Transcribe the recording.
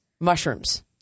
Mushrooms